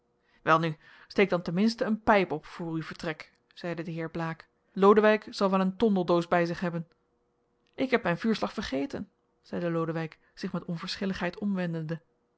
welnu steek dan ten minste een pijp op voor uw vertrek zeide de heer blaek lodewijk zal wel een tondeldoos bij zich hebben ik heb mijn vuurslag vergeten zeide lodewijk zich met onverschilligheid